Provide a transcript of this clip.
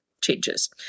changes